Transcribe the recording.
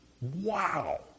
Wow